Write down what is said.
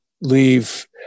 leave